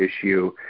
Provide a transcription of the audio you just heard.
issue